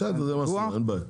בסדר, אין בעיה,